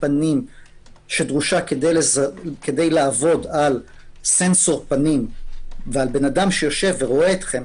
פנים שדרושה כדי לעבוד על סנסור פנים ועל אדם שרואה אתכם,